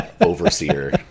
Overseer